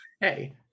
hey